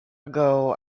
ago